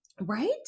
Right